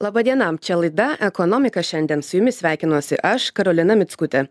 laba diena čia laida ekonomika šiandien su jumis sveikinuosi aš karolina mickutė